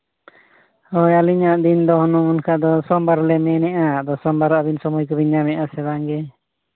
ᱦᱳᱭ ᱟᱹᱞᱤᱧᱟᱜ ᱫᱤᱱ ᱫᱚ ᱚᱱᱮ ᱚᱱᱠᱟ ᱫᱚ ᱥᱳᱢᱵᱟᱨ ᱞᱮ ᱢᱮᱱᱮᱜᱼᱟ ᱟᱫᱚ ᱥᱳᱢᱵᱟᱨ ᱟᱹᱵᱤᱱ ᱥᱚᱢᱚᱭ ᱠᱚᱵᱤᱱ ᱧᱟᱢᱮᱜᱼᱟ ᱥᱮ ᱵᱟᱝ ᱜᱮ